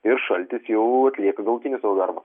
ir šaltis jau atlieka galutinį savo darbą